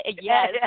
Yes